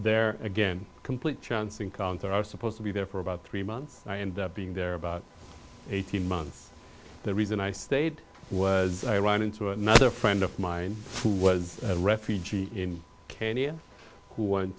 there again completely chance encounter are supposed to be there for about three months and being there about eighteen months the reason i stayed was i run into another friend of mine who was a refugee in kenya who w